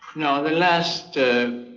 no, the last